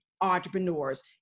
entrepreneurs